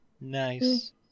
nice